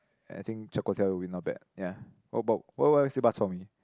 I think char kway teow will not bad ya what about what what's about bak chor mee